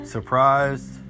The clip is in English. Surprised